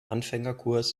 anfängerkurs